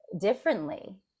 differently